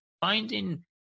finding